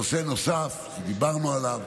נושא נוסף, דיברנו עליו,